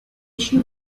issue